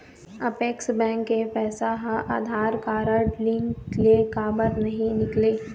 Apex bank के पैसा हा आधार कारड लिंक ले काबर नहीं निकले?